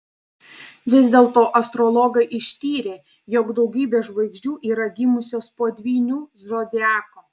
vis dėlto astrologai ištyrė jog daugybė žvaigždžių yra gimusios po dvyniu zodiaku